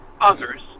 others